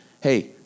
Hey